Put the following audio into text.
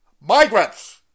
migrants